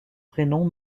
prénom